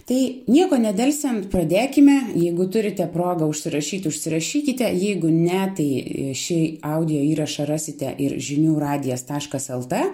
tai nieko nedelsiant pradėkime jeigu turite progą užsirašyt užsirašykite jeigu ne tai šį audio įrašą rasite ir žinių radijas taškas lt